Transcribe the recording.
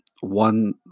One